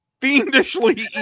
fiendishly